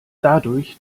dadurch